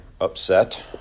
upset